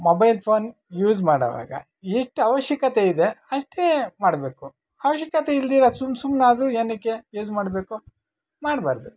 mobile phone use ಮಾಡುವಾಗ ಎಷ್ಟು ಅವಶ್ಯಕತೆ ಇದೆ ಅಷ್ಟೇ ಮಾಡಬೇಕು ಅವಶ್ಯಕತೆ ಇಲ್ದಿರ ಸುಮ್ಮ ಸುಮ್ಮನಾದ್ರೂ ಏನಕ್ಕೆ ಯೂಸ್ ಮಾಡಬೇಕು ಮಾಡಬಾರ್ದು